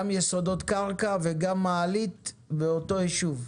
גם יסודות קרקע וגם מעלית באותו יישוב.